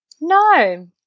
No